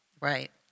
Right